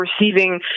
receiving